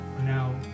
now